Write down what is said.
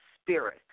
spirit